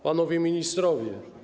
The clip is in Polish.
Panowie Ministrowie!